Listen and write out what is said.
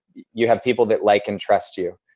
you have people that like and trust you.